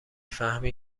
فهمی